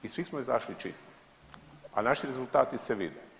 I svi smo izašli čisti, a naši rezultati se vide.